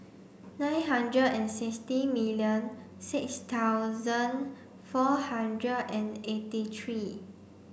nine hundred and sixty million six thousand four hundred and eighty three